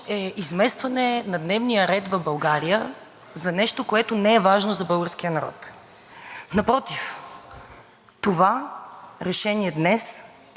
това решение днес е дневният ред на целия свят. Това е дневният ред на демокрацията и на демократичния ни ред.